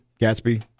Gatsby